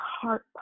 heart